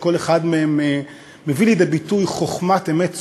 שכל אחד מהם מביא לידי ביטוי חוכמת אמת צרופה.